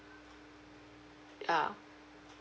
ya